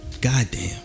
goddamn